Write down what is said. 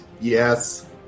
Yes